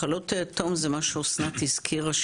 מחלות היתום זה מה שאסנת הזכירה,